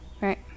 Right